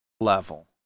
level